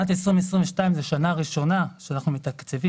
שנת 2022 היא השנה הראשונה שאנחנו מתקצבים